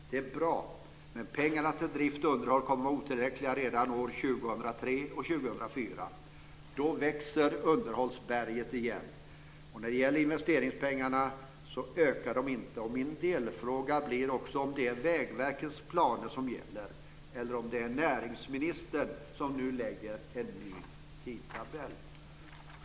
Det är bra, men pengarna till drift och underhåll kommer att vara otillräckliga redan 2003 och 2004. Då växer underhållsberget igen. Investeringspengarna ökar inte. Min delfråga blir om det är Vägverkets planer som gäller, eller om det är näringsministern som nu lägger en ny tidtabell.